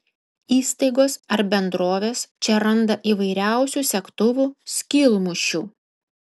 įstaigos ar bendrovės čia randa įvairiausių segtuvų skylmušių